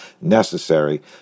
necessary